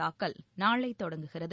தாக்கல் நாளை தொடங்குகிறது